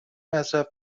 مصرف